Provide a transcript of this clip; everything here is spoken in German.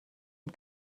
und